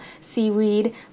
seaweed